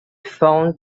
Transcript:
phone